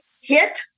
hit